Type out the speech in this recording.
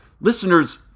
listeners